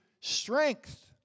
strength